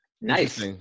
Nice